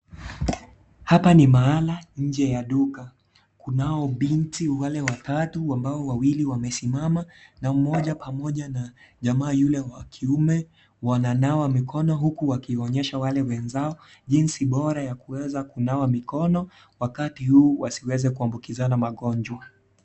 Hapa ni mahala nje ya duka, kunao binti wale watatu ambao wawili wamesimama na mmoja pamoja na jamaa yule wa kiume wananawa mikono huku wakionyesha wale wenzao jinsi bora ya kuweza kunawa mikono wakati huu wasiweze kuambukizana magonjwa.